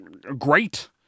great